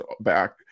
back